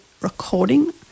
recording